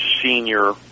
senior